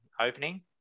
opening